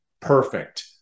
perfect